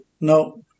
No